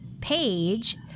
page